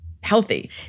healthy